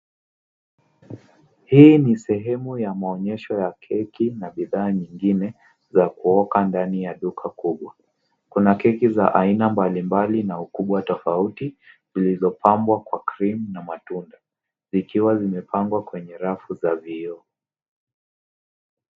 Hii ya ni sehemu ya maonyesho ya keki na bidhaa nyingine za kuoka ndani ya duka kubwa. Kuna keki za aina mbalimbali na ukubwa tofauti zilizopambwa kwa krimu na matunda zikiwa zimepangwa kwenye rafu za vioo.